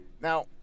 Now